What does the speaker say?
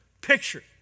Picture